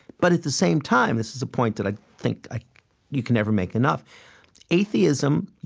but at the same time this is a point that i think ah you can never make enough atheism,